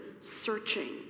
searching